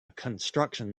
construction